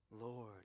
Lord